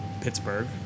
Pittsburgh